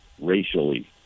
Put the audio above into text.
racially